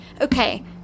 okay